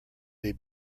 they